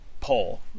poll